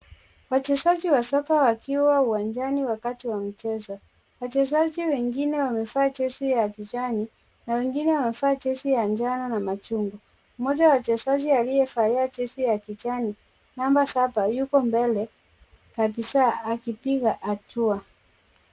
Wachezaji wa soka wkiwa uwanjani wakati wa kucheza. Wachezaji wengine wamevaa jezi ya kijani na wengine wamevaa jezi ya njano na machungwa. Mmoja wa wachezaji aliyevalia jezi ya kijani namba saba yupo mbele kabisaa akipiga hatua.